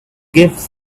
gives